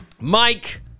Mike